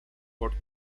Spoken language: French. porte